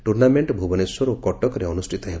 tournament Bhubaneswar ଓ କଟକରେ ଅନୁଷ୍ଠିତ ହେବ